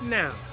now